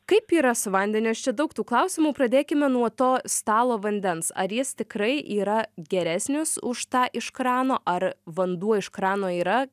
kaip yra su vandeniu aš čia daug tų klausimų pradėkime nuo to stalo vandens ar jis tikrai yra geresnis už tą iš krano ar vanduo iš krano yra